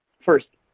first,